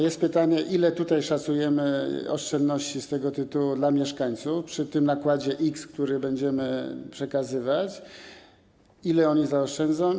Jest pytanie, ile tutaj szacujemy oszczędności z tego tytułu dla mieszkańców, przy tym nakładzie x, który będziemy przekazywać, ile oni zaoszczędzą.